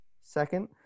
second